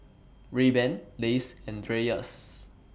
Rayban Lays and Dreyers